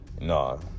no